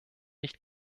nicht